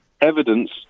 evidence